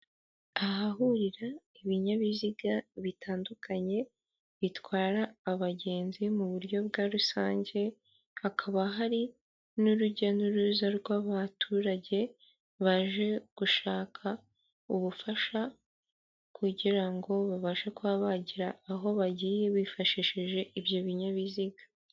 Ahahurira ibinyabiziga bitandukanye bitwara abagenzi mu buryo bwa rusange, hakaba hari n'urujya n'uruza rw'abaturage baje gushaka ubufasha kugira ngo babashe kuba bagera aho bagiye bifashishije ibyo binyabiziga.